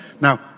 Now